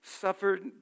suffered